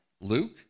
Luke